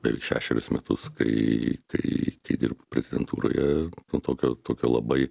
beveik šešerius metus kai kai kai dirbu prezidentūroje nu tokio tokio labai